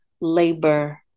labor